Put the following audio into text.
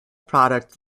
product